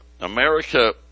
America